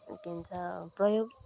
के भन्छ प्रयोग